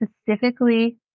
specifically